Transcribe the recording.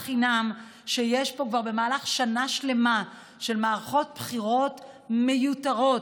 שנאת החינם שיש פה כבר במהלך שנה שלמה של מערכות בחירות מיותרות.